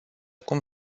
cum